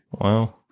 Wow